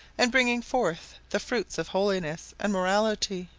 and bringing forth the fruits of holiness and morality.